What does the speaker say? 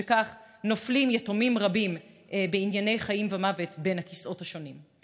וכך נופלים יתומים רבים בענייני חיים ומוות בין הכיסאות השונים.